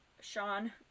sean